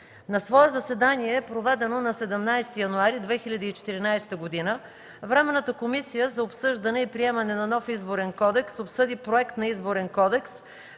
На свое заседание, проведено на 17 януари 2014 г., Временната комисия за обсъждане и приемане на нов Изборен кодекс обсъди Проект на Изборен кодекс,